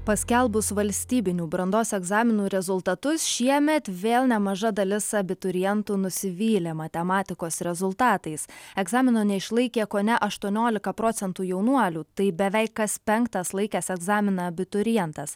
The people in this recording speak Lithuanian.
paskelbus valstybinių brandos egzaminų rezultatus šiemet vėl nemaža dalis abiturientų nusivylė matematikos rezultatais egzamino neišlaikė kone aštuoniolika procentų jaunuolių tai beveik kas penktas laikęs egzaminą abiturientas